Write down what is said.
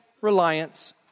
reliance